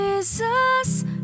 Jesus